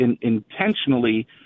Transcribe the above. intentionally